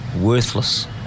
worthless